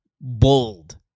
bold